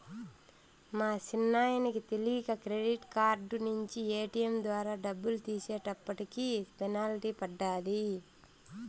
మా సిన్నాయనకి తెలీక క్రెడిట్ కార్డు నించి ఏటియం ద్వారా డబ్బులు తీసేటప్పటికి పెనల్టీ పడ్డాది